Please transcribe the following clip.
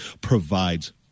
provides